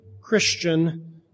Christian